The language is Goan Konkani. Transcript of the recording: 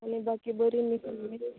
आनी बाकी बरी नी सगलीं